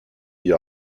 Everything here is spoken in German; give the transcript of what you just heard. die